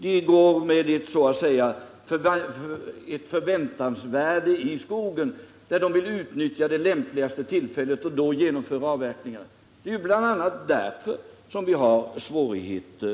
De går med ett förväntansvärde i skogen och väntar på det lämpligaste tillfället att avverka. Det är bl.a. därför som vi nu har svårigheter.